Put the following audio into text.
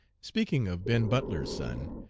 speaking of ben butler's son,